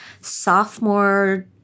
sophomore